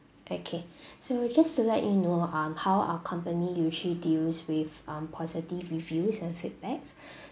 okay so just to let you know um how our company usually deals with um positive reviews and feedbacks